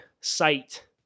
site